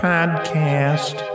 Podcast